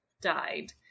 died